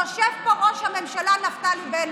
יושב פה ראש הממשלה נפתלי בנט.